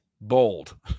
bold